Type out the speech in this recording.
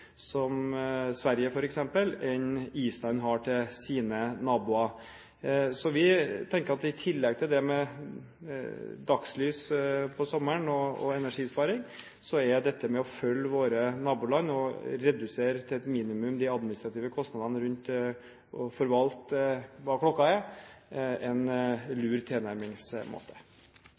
som f.eks. Sverige enn det Island vil ha til sine naboer. Så vi tenker at i tillegg til det med dagslys om sommeren og energisparing er det med å følge våre naboland og å redusere til et minimum de administrative kostnadene rundt det å forvalte hva klokka er, en